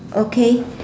okay